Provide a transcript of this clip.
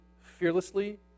fearlessly